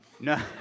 No